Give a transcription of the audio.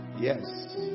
Yes